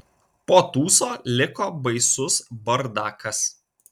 po tūso liko baisus bardakas